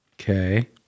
Okay